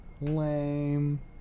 lame